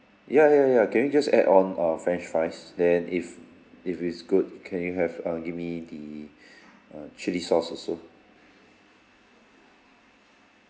ya ya ya can you just add on uh french fries then if if it's good can you have uh give the uh chilli sauce also